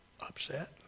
upset